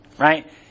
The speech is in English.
right